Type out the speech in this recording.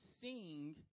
sing